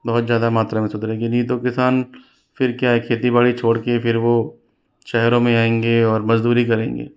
बहुत ज़्यादा मात्रा में सुधरेगी नहीं तो किसान फिर क्या है खेती बाड़ी छोड़ कर फिर वह शहरों में आएंगे और मज़दूरी करेंगे